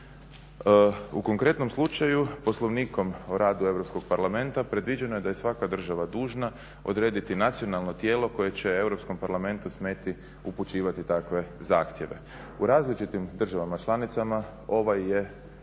U konkretnom slučaju poslovnikom o radu Europskog parlamenta predviđeno je da je svaka država dužna odrediti nacionalno tijelo koje će Europskom parlamentu smjeti upućivati takve zahtjeve. U različitim državama članicama ovaj je